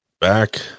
back